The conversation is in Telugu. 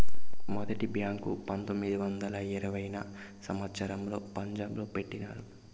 మొదటి బ్యాంకు పంతొమ్మిది వందల ఇరవైయవ సంవచ్చరంలో పంజాబ్ లో పెట్టినారు